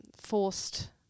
forced